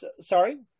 sorry